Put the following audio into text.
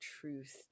truth